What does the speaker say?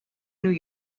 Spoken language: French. new